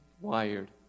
wired